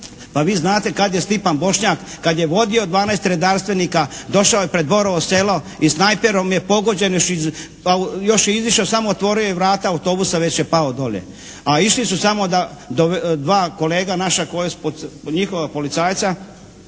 Pa vi znate kad je Stipan Bošnjak kad je vodio 12 redarstvenika došao je pred Borovo selo i snajperom je pogođen još je izišao, samo otvorio vrata autobusa već je pao dolje, a išli su samo da dva kolega naša koja su njihova policajca